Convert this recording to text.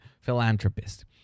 philanthropist